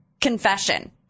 confession